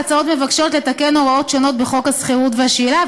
ההצעות מבקשות לתקן הוראות שונות בחוק השכירות והשאילה,